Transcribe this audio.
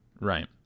Right